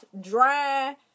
dry